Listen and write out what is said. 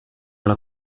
alla